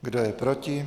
Kdo je proti?